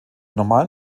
normalen